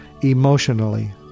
emotionally